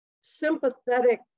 sympathetic